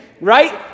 right